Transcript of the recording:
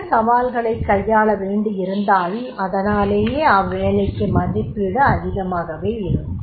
அதிக சவால்களைக் கையாள வேண்டியிருந்தால் அதனாலேயே அவ்வேலைக்கு மதிப்பீடு அதிகமாகவே இருக்கும்